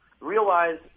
Realize